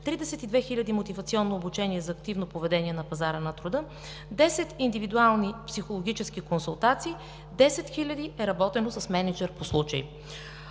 – мотивационно обучение за активно поведение на пазара на труда, 10 индивидуални психологически консултации, с 10 хиляди е работено с мениджър на случай